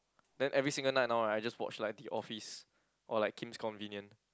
then every single night now right I just watched like the Office or like Kim's Convenient